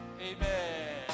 Amen